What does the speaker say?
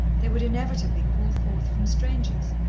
they would inevitably call forth from strangers.